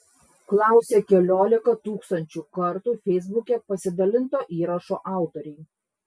klausia keliolika tūkstančių kartų feisbuke pasidalinto įrašo autoriai